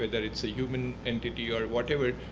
whether it's a human entity or whatever,